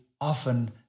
often